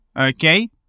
Okay